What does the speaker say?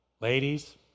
Ladies